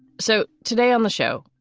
so today on the show,